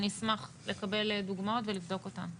אני אשמח לקבל דוגמאות ולבדוק אותן.